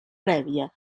prèvia